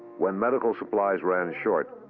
when medical supplies ran short,